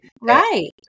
Right